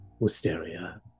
Wisteria